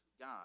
God